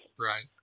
Right